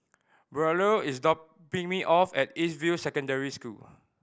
Braulio is dropping me off at East View Secondary School